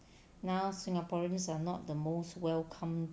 now singaporeans are not the most welcome